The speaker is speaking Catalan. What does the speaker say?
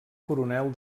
coronel